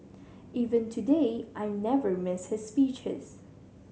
even today I never miss his speeches